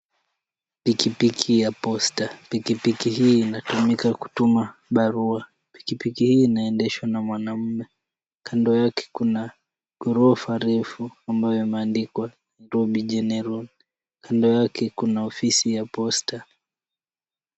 Pikipiki ya posta, pikipiki hii inatumika kutuma barua. Pikipiki hii inaendeshwa na mwanamume. Kando yake kuna ghorofa refu ambayo yameandikwa Dobi General. kando yake kuna ofisi ya posta.